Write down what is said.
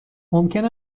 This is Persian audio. ممکن